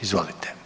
Izvolite.